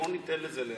לא ניתן לזה להיעצר.